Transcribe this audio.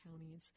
counties